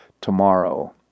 tomorrow